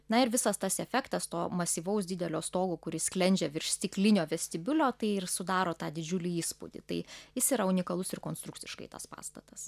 na ir visas tas efektas to masyvaus didelio stogo kuris sklendžia virš stiklinio vestibiulio tai ir sudaro tą didžiulį įspūdį tai jis yra unikalus ir konstrukciškai tas pastatas